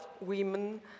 women